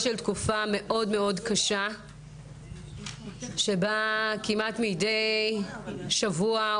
של תקופה מאוד מאוד קשה שבה כמעט מדי שבוע,